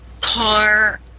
car